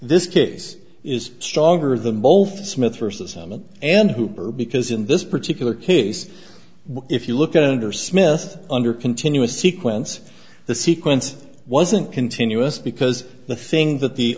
this case is stronger than both smith versus and hooper because in this particular case if you look at under smith under continuous sequence the sequence wasn't continuous because the thing that the